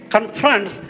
Confronts